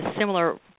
similar